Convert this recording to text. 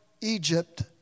egypt